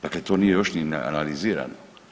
Dakle to nije još ni analizirano.